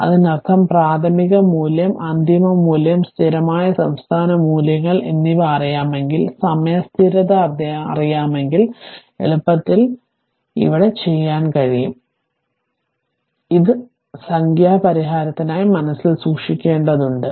അതിനർത്ഥം പ്രാഥമിക മൂല്യം അന്തിമ മൂല്യം സ്ഥിരമായ സംസ്ഥാന മൂല്യങ്ങൾ എന്നിവ അറിയാമെങ്കിൽ സമയ സ്ഥിരത അറിയാമെങ്കിൽ എളുപ്പത്തിൽ കോം ഇ ഇ വി ടി ചെയ്യാൻ കഴിയും ഇത് സംഖ്യാ പരിഹാരത്തിനായി മനസ്സിൽ സൂക്ഷിക്കേണ്ടതുണ്ട്